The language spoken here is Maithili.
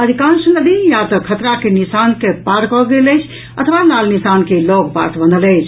अधिकांश नदी या तऽ खतरा के निशान के पार कऽ गेल अछि अथवा लाल निशान के लऽगपास बनल अछि